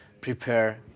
prepare